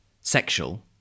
sexual